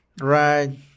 Right